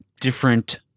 different